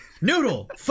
noodle